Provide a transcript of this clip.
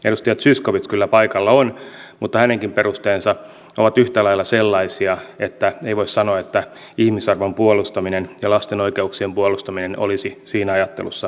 edustaja zyskowicz kyllä paikalla on mutta hänenkin perusteensa ovat yhtä lailla sellaisia että ei voi sanoa että ihmisarvon puolustaminen ja lasten oikeuksien puolustaminen olisivat siinä ajattelussa ytimessä